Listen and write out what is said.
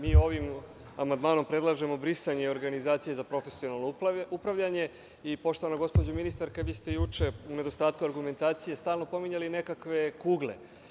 Mi ovim amandmanom predlažemo brisanje organizacije za profesionalno upravljanje i poštovana gospođo ministarka, vi ste juče u nedostatku argumentacije stalno pominjali nekakve kugle.